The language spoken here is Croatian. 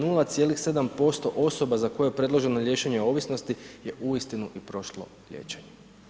0,7% osoba za koje je predloženo liječenje ovisnosti je uistinu i prošlo liječenje.